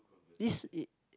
this is